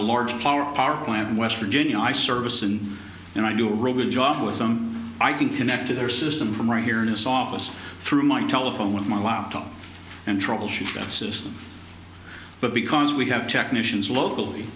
large power power plant in west virginia i service and then i do a ribbon job with them i can connect to their system from right here in this office through my telephone with my laptop and troubleshoot system but because we have technicians locally